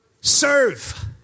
Serve